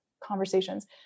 conversations